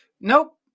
nope